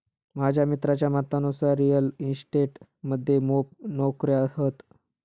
माझ्या मित्राच्या मतानुसार रिअल इस्टेट मध्ये मोप नोकर्यो हत